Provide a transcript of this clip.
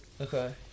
Okay